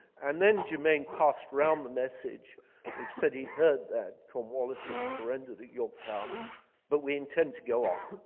and then germain passed around the message which said he'd heard that cornwallis had surrendered at yorktown but we intend to go on.